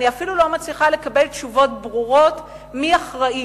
אני אפילו לא מצליחה לקבל תשובות ברורות מי אחראי.